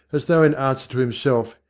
as though in answer to himself,